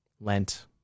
Lent